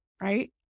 Right